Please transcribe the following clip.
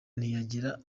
ntiyagira